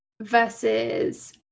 versus